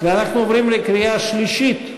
אנחנו עוברים לקריאה שלישית.